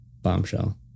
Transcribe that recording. bombshell